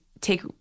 take